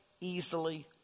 easily